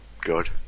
good